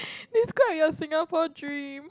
describe your Singapore dream